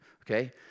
okay